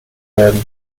werden